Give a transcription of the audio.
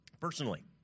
personally